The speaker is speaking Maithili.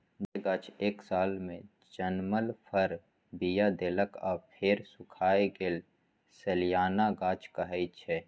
जे गाछ एक सालमे जनमल फर, बीया देलक आ फेर सुखाए गेल सलियाना गाछ कहाइ छै